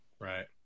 Right